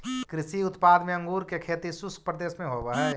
कृषि उत्पाद में अंगूर के खेती शुष्क प्रदेश में होवऽ हइ